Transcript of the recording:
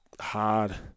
hard